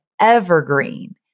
evergreen